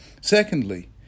Secondly